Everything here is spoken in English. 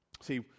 See